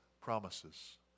promises